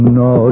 no